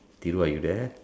Thiru are you there